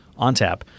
ONTAP